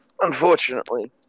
unfortunately